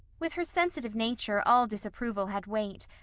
with her sensitive nature all disapproval had weight,